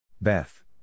Beth